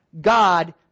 God